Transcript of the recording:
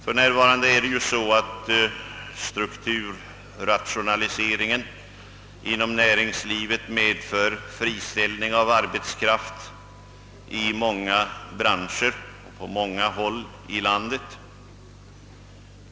För närvarande medför <strukturrationaliseringen inom näringslivet friställning av arbetskraft i många branscher på många håll i landet.